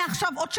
מעכשיו לעוד שנה,